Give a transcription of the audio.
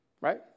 right